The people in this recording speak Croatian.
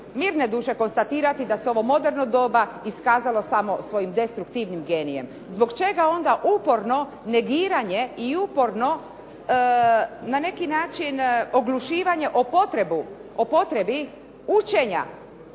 mirne duše konstatirati da se ovo moderno doba iskazalo samo svojim destruktivnim genijem. Zbog čega onda uporno negiranje i uporno na neki način oglušivanje o potrebi učenja